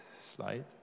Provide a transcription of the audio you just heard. slide